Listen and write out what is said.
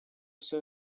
все